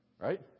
Right